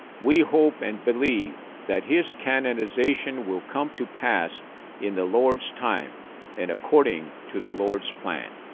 we hope and believe that his canonization will come to pass in the lord's time and according to the lord's plan.